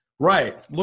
Right